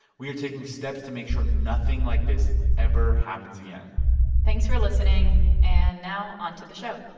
we are taking steps to make sure nothing like this ever happens again thanks for listening. and now, onto the show